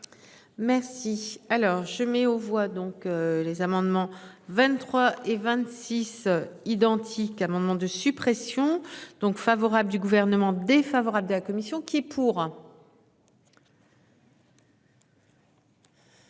Merci. Alors je mets aux voix donc les amendements, 23 et 26 identique amendements de suppression donc favorable du gouvernement défavorable de la commission qui est pour.